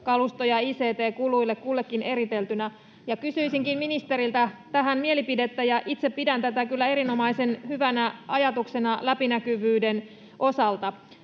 kalusto- ja ict-kuluille, kullekin eriteltynä, ja kysyisinkin ministeriltä tähän mielipidettä. Itse pidän tätä kyllä erinomaisen hyvänä ajatuksena läpinäkyvyyden osalta,